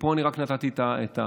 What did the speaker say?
פה נתתי רק את הפתיח.